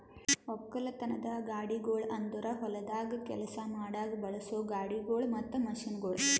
ಒಕ್ಕಲತನದ ಗಾಡಿಗೊಳ್ ಅಂದುರ್ ಹೊಲ್ದಾಗ್ ಕೆಲಸ ಮಾಡಾಗ್ ಬಳಸೋ ಗಾಡಿಗೊಳ್ ಮತ್ತ ಮಷೀನ್ಗೊಳ್